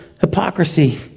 hypocrisy